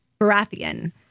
Baratheon